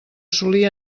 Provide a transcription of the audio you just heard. solia